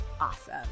awesome